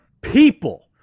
People